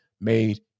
made